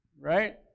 right